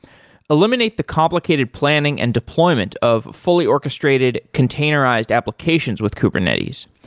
eliminate the complicated planning and deployment of fully orchestrated containerized applications with kubernetes.